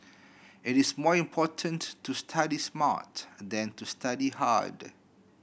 it is more important to study smart than to study hard